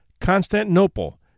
Constantinople